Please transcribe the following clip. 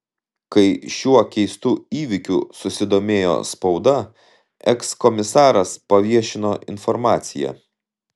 kai šiuo keistu įvykiu susidomėjo spauda ekskomisaras paviešino informaciją